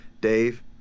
Dave